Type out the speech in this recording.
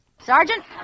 Sergeant